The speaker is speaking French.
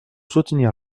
soutenir